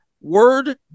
word